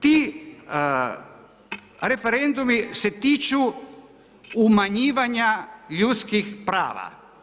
Ti referendumi se tiču umanjivanja ljudskih prava.